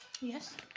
Yes